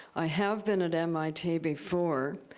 i have been at mit before.